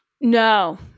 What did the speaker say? No